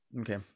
Okay